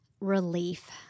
relief